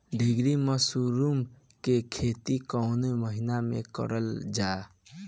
ढीघरी मशरूम के खेती कवने मौसम में करल जा?